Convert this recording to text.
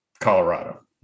Colorado